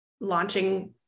launching